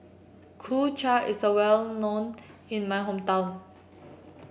Kuay Chap is a well known in my hometown